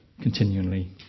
continually